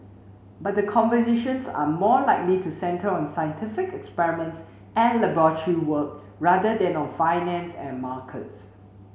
but the conversations are more likely to centre on scientific experiments and laboratory work rather than on finance and markets